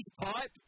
pipe